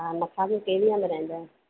हा नखास में कहिड़े हंधि रहंदा आहियो